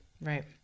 Right